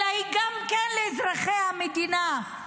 אלא היא לאזרחי המדינה גם כן.